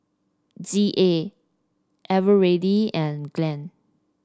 Z A Eveready and Glad